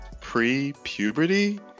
pre-puberty